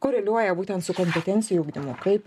koreliuoja būtent su kompetencijų ugdymu kaip